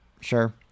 sure